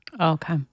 Okay